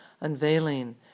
unveiling